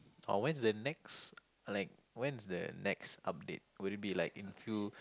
oh when the next like when's the next update will it be like in a few